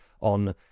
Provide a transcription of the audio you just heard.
on